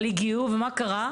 אבל הם הגיעו ומה קרה?